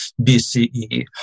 BCE